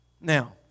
Now